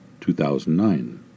2009